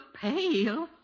pale